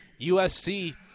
USC